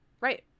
Right